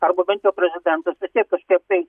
arba bent jau prezidentas vis tiek kažkiek tai